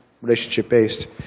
relationship-based